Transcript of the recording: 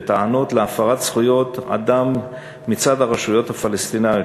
בטענות להפרת זכויות האדם מצד הרשויות הפלסטיניות,